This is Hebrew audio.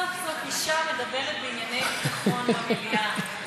סוף-סוף אישה מדברת בענייני ביטחון במליאה.